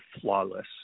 flawless